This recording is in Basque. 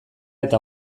eta